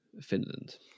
Finland